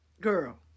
Girl